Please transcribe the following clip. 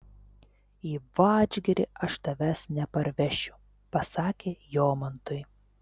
į vadžgirį aš tavęs neparvešiu pasakė jomantui